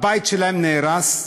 הבית שלהן נהרס,